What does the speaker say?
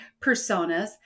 personas